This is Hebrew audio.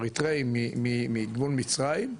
או אריתראים מגבול מצרים,